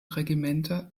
regimenter